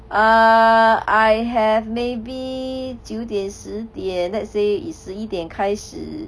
ah I have maybe 九点十点 let's say is 十一点开始